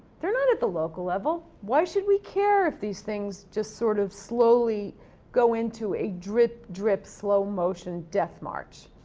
they're not at the local level. why should we care if these things just sort of slowly go into a drip, drip slow motion death march?